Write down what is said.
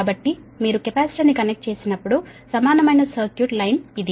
కాబట్టి మీరు కెపాసిటర్ను కనెక్ట్ చేసినప్పుడు సమానమైన సర్క్యూట్ లైన్ ఇది